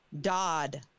Dodd